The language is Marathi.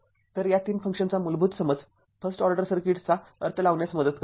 तर या 3 फंक्शन्सचा मूलभूत समज फस्ट ऑर्डर सर्किटचा अर्थ लावण्यास मदत करतो